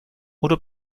oder